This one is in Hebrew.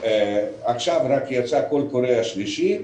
עכשיו יצא הקול הקורא השלישי,